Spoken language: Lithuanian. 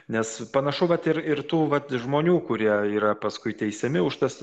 nes panašu kad vat ir tų vat žmonių kurie yra paskui teisiami už tas